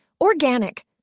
Organic